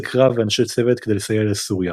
קרב ואנשי צוות כדי לסייע לסוריה.